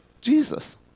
Jesus